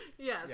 Yes